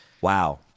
Wow